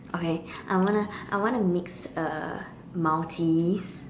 okay I wanna I wanna mix a Maltese